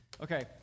Okay